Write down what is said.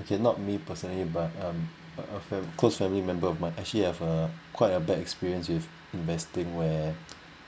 okay not me personally but um but a close family member might actually have a quite a bad experience with investing where